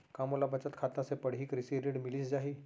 का मोला बचत खाता से पड़ही कृषि ऋण मिलिस जाही?